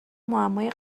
معمای